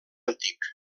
antic